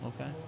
Okay